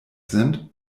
sind